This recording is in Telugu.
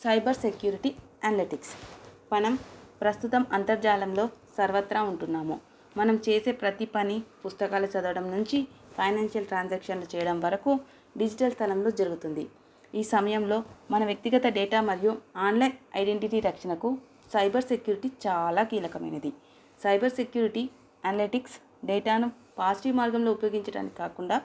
సైబర్ సెక్యూరిటీ అనలెటిక్స్ మనం ప్రస్తుతం అంతర్జాలంలో సర్వత్ర ఉంటున్నాము మనం చేసే ప్రతి పని పుస్తకాలు చదవడం నుంచి ఫైనాన్షియల్ ట్రాన్సాక్షన్లు చెయ్యడం వరకు డిజిటల్ స్థలంలో జరుగుతుంది ఈ సమయంలో మన వ్యక్తిగత డేటా మరియు ఆన్లైన్ ఐడెంటిటీ రక్షణకు సైబర్ సెక్యూరిటీ చాలా కీలకమైనది సైబర్ సెక్యూరిటీ అనలెటిక్స్ డేటాను పాజిటివ్ మార్గంలో ఉపయోగించడానికి కాకుండా